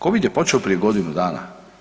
Covid je počeo prije godinu dana.